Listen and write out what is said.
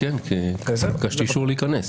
ביקשתי אישור להיכנס.